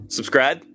Subscribe